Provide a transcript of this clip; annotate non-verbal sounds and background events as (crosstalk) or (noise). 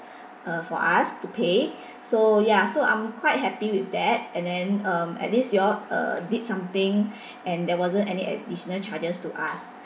uh for us to pay so ya so I'm quite happy with that and then um at least you all uh did something (breath) and there wasn't any additional charges to us